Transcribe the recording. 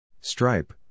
Stripe